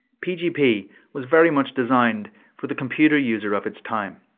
pgp was very much designed for the computer user of its time.